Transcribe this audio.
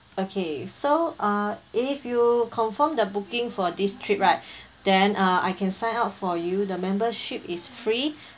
okay so ah if you confirm the booking for this trip right then uh I can sign up for you the membership is free